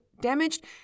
damaged